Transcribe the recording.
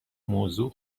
موضوع